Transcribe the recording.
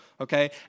okay